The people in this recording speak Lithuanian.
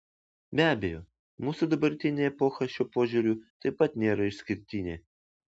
be abejo mūsų dabartinė epocha šiuo požiūriu taip pat nėra išskirtinė